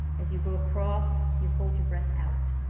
as you go across you hold your breath out.